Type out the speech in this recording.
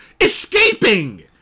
escaping